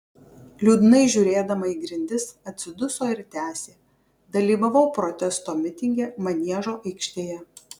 liūdnai žiūrėdama į grindis atsiduso ir tęsė dalyvavau protesto mitinge maniežo aikštėje